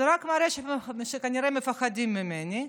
זה רק מראה שכנראה מפחדים ממני,